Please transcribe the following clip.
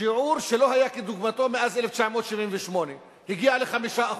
לשיעור שלא היה כדוגמתו מאז 1978, הגיעה ל-5%.